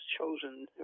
chosen